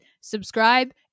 subscribe